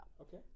Okay